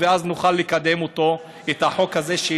ואז נוכל לקדם את החוק הזה,